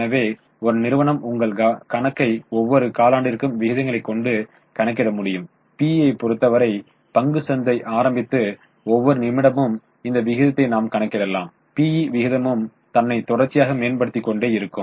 எனவே ஒரு நிறுவனம் உங்கள் கணக்கை ஒவ்வொரு காலாண்டிற்கு விகிதங்களை கொண்டு கணக்கிட முடியும் PE ஐப் பொறுத்தவரை பங்கு சந்தை ஆரம்பித்து ஒவ்வொரு நிமிடமும் இந்த விகிதத்தை நாம் கணக்கிடலாம் PE விகிதமும் தன்னை தொடர்ச்சியாக மேம்படுத்திக் கொண்டே இருக்கும்